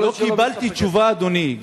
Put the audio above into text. יכול להיות, לא קיבלתי תשובה, אדוני.